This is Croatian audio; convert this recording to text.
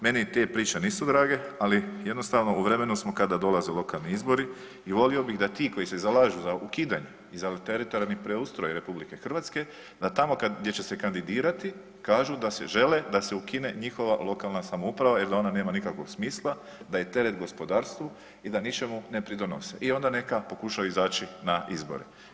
Meni te priče nisu drage, ali jednostavno u vremenu smo kada dolaze lokalni izbori i volio bi da ti koji se zalažu za ukidanje i za teritorijalni preustroj RH da tamo gdje će se kandidirati kažu da si žele da se ukine njihova lokalna samouprava jer da ona nema nikakvog smisla, da je teret gospodarstvu i da ničemu ne pridonose i onda neka pokušaju izaći na izbore.